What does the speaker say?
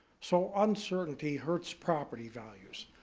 so uncertainty hurts property values.